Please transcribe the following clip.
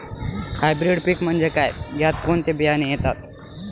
Hybrid पीक म्हणजे काय? यात कोणते बियाणे येतात?